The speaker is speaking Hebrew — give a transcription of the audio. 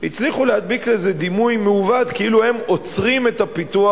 הצליחו להדביק לזה דימוי מעוות כאילו הם עוצרים את הפיתוח,